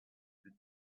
the